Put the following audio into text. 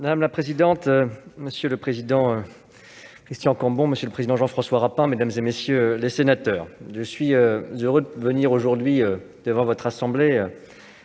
Madame la présidente, monsieur le président Christian Cambon, monsieur le président Jean-François Rapin, mesdames, messieurs les sénateurs, je suis heureux d'avoir l'occasion de répondre